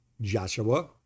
Joshua